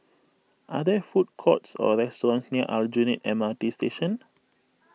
are there food courts or restaurants near Aljunied M R T Station